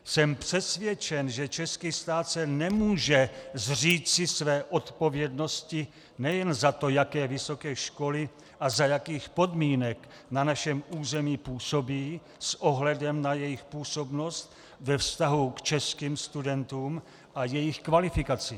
Jsem přesvědčen, že český stát se nemůže zříci své odpovědnosti nejen za to, jaké vysoké školy a za jakých podmínek na našem území působí s ohledem na jejich působnost ve vztahu k českým studentům a jejich kvalifikacím.